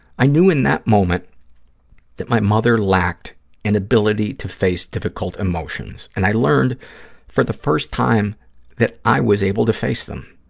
i knew in that moment that my mother lacked an ability to face difficult emotions, and i learned for the first time that i was able to face them.